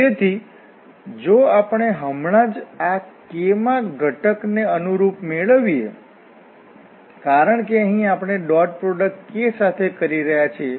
તેથી જો આપણે હમણાં જ આ k માં ઘટકને અનુરૂપ મેળવીએ કારણ કે અહીં આપણે આ ડોટ પ્રોડક્ટ k સાથે કરી રહ્યા છીએ